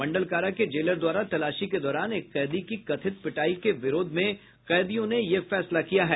मंडल कारा के जेलर द्वारा तलाशी के दौरान एक कैदी की कथित पिटाई के विरोध में कैदियों ने यह फैसला किया है